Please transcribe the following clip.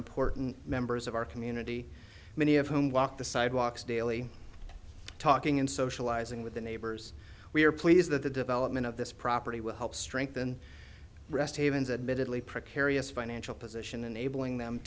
important members of our community many of whom walk the sidewalks daily talking and socializing with the neighbors we are pleased that the development of this property will help strengthen rest haven's admittedly precarious financial position enabling them